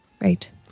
Right